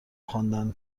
خواندن